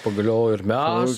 pagaliau ir mes